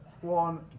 one